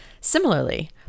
Similarly